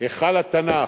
היכל התנ"ך,